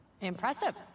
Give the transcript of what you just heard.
Impressive